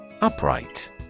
Upright